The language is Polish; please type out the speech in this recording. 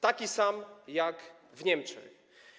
Taki sam jest w Niemczech.